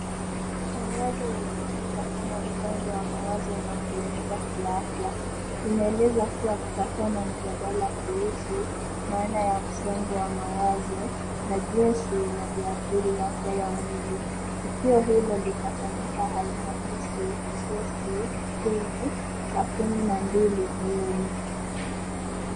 Tangazo linauliza kama msongo wa mawazo unakuumiza kiafya. Linaeleza kuwa litakuwa na mjadala kuhusu maana ya msongo wa mawazo na jinsi inavyoathiri afya ya mwili. Tukio hilo litafanyika alhamisi Agosti kumi saa kumi na mbili jioni.